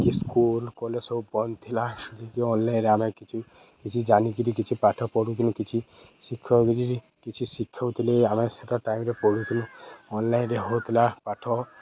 କି school college ସବୁ ବନ୍ଦ୍ ଥିଲା ଅନ୍ଲାଇନ୍ରେ ଆମେ କିଛି କିଛି ଜାନିକିରି କିଛି ପାଠ ପଢ଼ୁଥିଲୁ କିଛି ଶିକ୍ଷକ ବି କିଛି ଶିକ୍ଷକ ଥିଲେ ଆମେ ସେଟା ଟାଇମ୍ରେ ପଢ଼ୁଥିଲୁ ଅନ୍ଲାଇନ୍ରେ ହଉଥିଲା ପାଠ